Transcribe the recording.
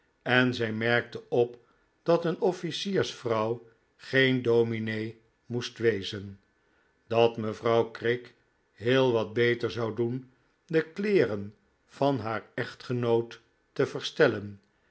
en zij merkte op dat een officiersvrouw geen dominee moest wezen dat mevrouw kirk heel wat beter zou doen de kleeren van haar echtgenoot te verstellen